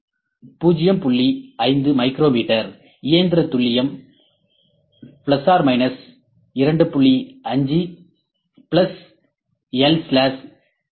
5 micrometre இயந்திர துல்லியம் ±2